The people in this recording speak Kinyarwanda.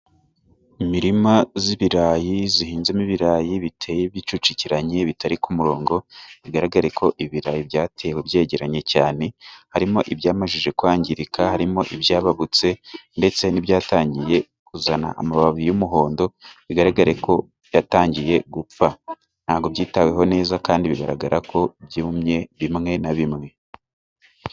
Imirima y'ibirayi ,ihinzemo ibirayi biteye bicukiranye, bitari ku murongo, bigaragare ko ibirayi byatewe ko byegeranye cyane harimo ibyamajije kwangirika, harimo ibyababutse ndetse n' ibyatangiye kuzana amababi y'umuhondokandi bigaragara ko byumye bimwe na bimwe.